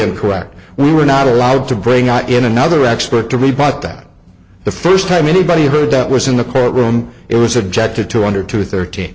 and correct we were not allowed to bring out in another expert to rebut that the first time anybody heard that was in the court room it was objected to under two thirt